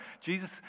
Jesus